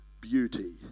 beauty